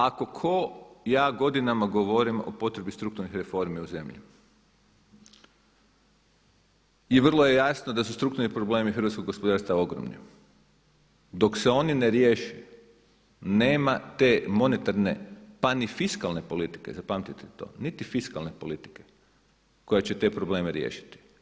Ako ko ja godinama govorim o potrebi strukturnih reformi u zemlji i vrlo je jasno da su strukturni problemi hrvatskog gospodarstva ogromni, dok se oni ne riješe nema te monetarne pa ni fiskalne politike, zapamtite to, niti fiskalne politike koja će te probleme riješiti.